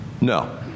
No